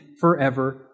forever